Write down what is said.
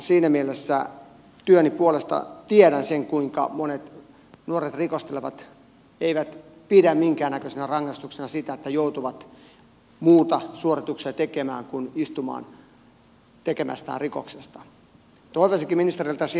siinä mielessä työni puolesta tiedän sen kuinka monet nuoret rikostelevat eivät pidä minkään näköisenä rangaistuksena sitä että joutuvat tekemään muita suorituksia kuin istumaan tekemästään rikoksesta